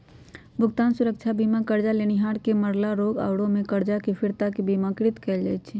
भुगतान सुरक्षा बीमा करजा लेनिहार के मरला, रोग आउरो में करजा के फिरता के बिमाकृत कयल जाइ छइ